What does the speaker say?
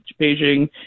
Beijing